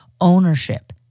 ownership